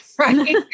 right